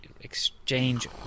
exchange